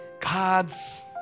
God's